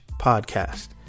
podcast